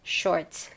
shorts